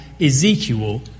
Ezekiel